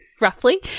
Roughly